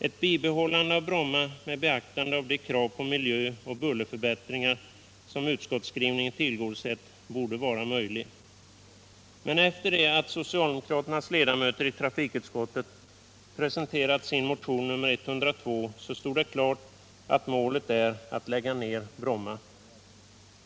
Ett bibehållande av Bromma med beaktande av de krav på miljön och på minskat buller som utskottsskrivningen tillgodosett borde vara möjligt. Men efter det att socialdemokraternas ledamöter i trafikutskottet presenterat sin motion nr 102 stod det klart att målet är att lägga ned Bromma.